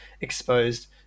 exposed